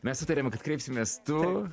mes sutarėme kad kreipsimės tu